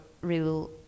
real